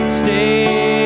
stay